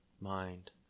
mind